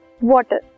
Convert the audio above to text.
Water